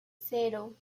cero